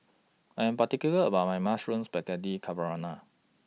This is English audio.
I'm particular about My Mushroom Spaghetti Carbonara